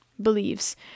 believes